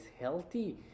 healthy